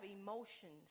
emotions